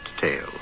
tale